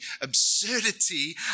absurdity